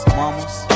mamas